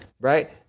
Right